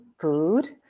food